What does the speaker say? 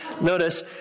notice